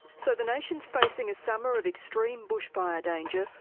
so the nation's facing a summer of extreme bushfire danger,